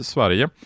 Sverige